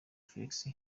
felix